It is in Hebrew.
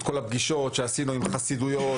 את כל הפגישות שעשינו עם חסידויות,